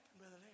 Brother